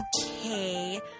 Okay